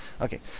okay